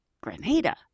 Grenada